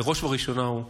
ובראש ובראשונה זה נתניהו.